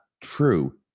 true